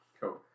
cool